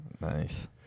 Nice